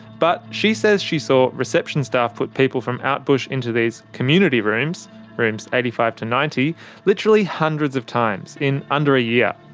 but she says she saw reception staff put people from out bush into these community rooms rooms eighty five to ninety literally hundreds of times, in under a year.